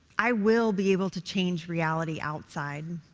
i will be able to change reality outside.